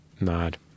nod